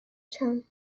john